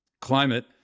climate